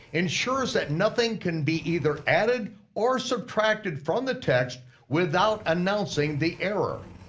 ensures that nothing can be either added or subtracted from the text without announcing the error.